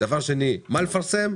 ודבר שני: מה לפרסם?